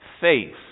faith